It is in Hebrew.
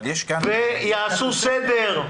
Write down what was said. ויעשו סדר.